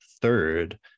third